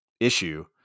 issue